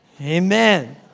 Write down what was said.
Amen